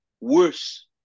worse